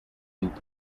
loop